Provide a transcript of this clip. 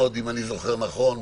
אם אני זוכר נכון,